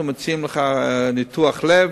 אנחנו מציעים לך ניתוח לב,